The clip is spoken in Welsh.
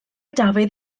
dafydd